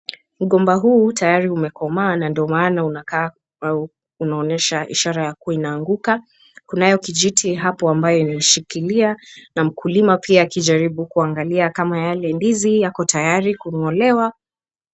Mgomba huu tayari umekomaa na ndio maana unakaa au unaonyesha ishara ya kuwa inaanguka. Kunayo kijiti hapo ambayo imeishikilia na mkulima pia akijaribu kuangalia kama yale ndizi yako tayari kung'olewa.